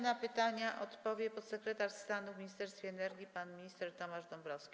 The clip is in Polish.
Na pytania odpowie podsekretarz stanu w Ministerstwie Energii pan minister Tomasz Dąbrowski.